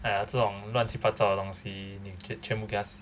!aiya! 这种乱七八糟的东西你全部 just